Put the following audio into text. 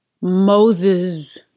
Moses